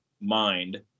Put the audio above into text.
mind